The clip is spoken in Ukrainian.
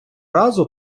разу